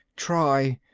try.